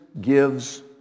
gives